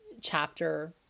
chapter